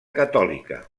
catòlica